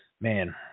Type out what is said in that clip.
man